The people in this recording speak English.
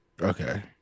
Okay